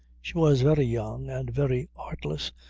she was very young, and very artless,